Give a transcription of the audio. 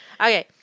Okay